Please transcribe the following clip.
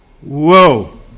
Whoa